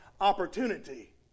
opportunity